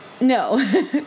no